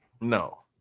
no